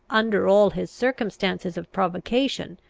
under all his circumstances of provocation,